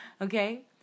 Okay